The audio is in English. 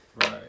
Right